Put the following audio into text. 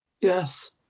Yes